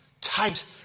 Tight